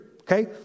okay